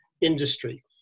industry